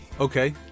Okay